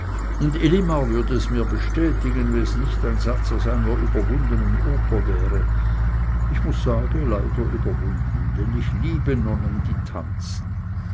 und elimar würd es mir bestätigen wenn es nicht ein satz aus einer überwundenen oper wäre ich muß sagen leider überwunden denn ich liebe nonnen die tanzen